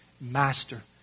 Master